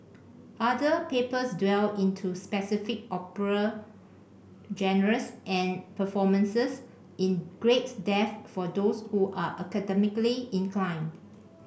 other papers dwell into specific opera genres and performances in great depth for those who are academically inclined